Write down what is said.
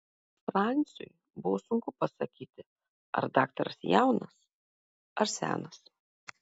franciui buvo sunku pasakyti ar daktaras jaunas ar senas